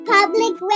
Public